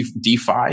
DeFi